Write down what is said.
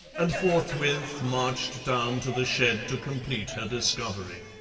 and forthwith marched down to the shed to complete her discovery.